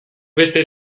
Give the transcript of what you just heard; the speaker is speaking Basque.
beste